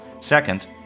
Second